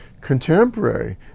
contemporary